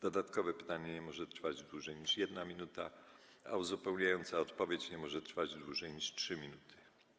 Dodatkowe pytanie nie może trwać dłużej niż 1 minutę, a uzupełniająca odpowiedź nie może trwać dłużej niż 3 minuty.